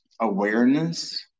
awareness